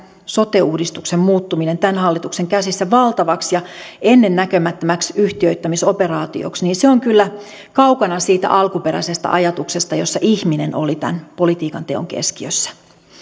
sote uudistuksen muuttuminen tämän hallituksen käsissä valtavaksi ja ennennäkemättömäksi yhtiöittämisoperaatioksi on kyllä kaukana siitä alkuperäisestä ajatuksesta jossa ihminen oli tämän politiikanteon keskiössä